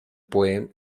pueden